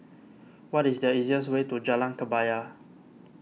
what is the easiest way to Jalan Kebaya